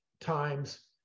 times